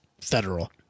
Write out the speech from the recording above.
federal